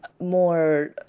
more